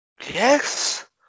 Yes